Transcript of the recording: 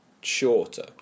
shorter